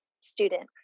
student